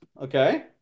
Okay